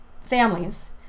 families